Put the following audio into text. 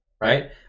right